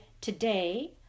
today